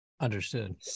Understood